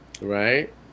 Right